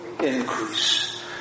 increase